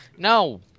No